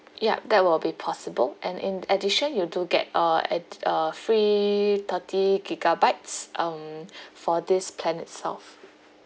yup that will be possible and in addition you do get uh add~ uh free thirty gigabytes um for this plan itself